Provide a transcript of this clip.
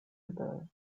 other